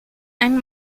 and